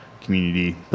community